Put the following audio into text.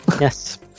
Yes